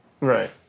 Right